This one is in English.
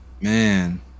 Man